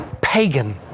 pagan